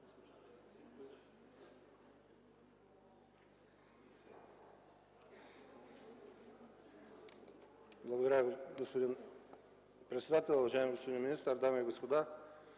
Благодаря Ви, господин председател. Уважаеми господин министър, дами и господа!